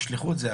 תשלחו את זה,